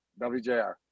WJR